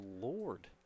Lord